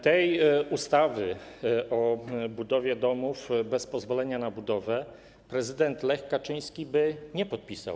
Tej ustawy o budowie domów bez pozwolenia na budowę prezydent Lech Kaczyński by nie podpisał.